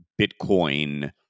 Bitcoin